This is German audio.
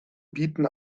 bieten